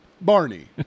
Barney